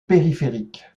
périphérique